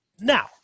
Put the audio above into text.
now